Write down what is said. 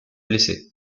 blessés